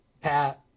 pat